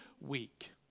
week